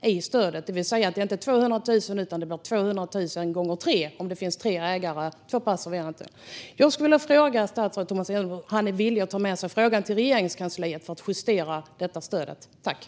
Det handlar därför inte om 200 000, utan det kan bli 200 000 gånger tre om det finns tre ägare, två passiva och en aktiv. Jag vill fråga statsrådet Tomas Eneroth om han är villig att ta med sig frågan till Regeringskansliet så att stödet kan justeras.